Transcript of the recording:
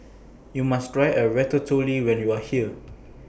YOU must Try A Ratatouille when YOU Are here